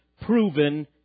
proven